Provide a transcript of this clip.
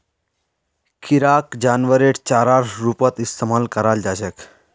किराक जानवरेर चारार रूपत इस्तमाल कराल जा छेक